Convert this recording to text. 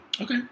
Okay